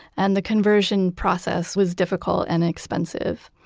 and the conversion process was difficult and expensive.